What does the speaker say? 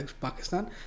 pakistan